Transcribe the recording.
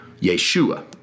Yeshua